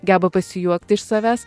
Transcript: geba pasijuokt iš savęs